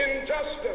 injustice